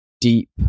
deep